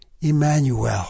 Emmanuel